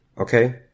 Okay